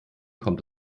kommt